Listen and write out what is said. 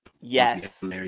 Yes